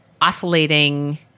oscillating